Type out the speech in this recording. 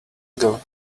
ago